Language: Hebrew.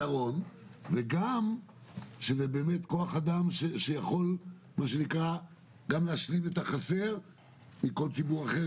וגם של באמת כוח אדם שיכול גם להשלים את החסר מכל ציבור אחר,